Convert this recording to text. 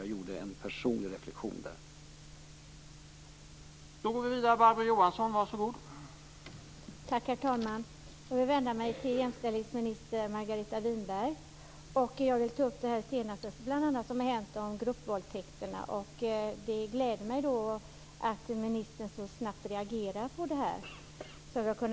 Det var bara en personlig reflexion som jag gjorde under denna intervju.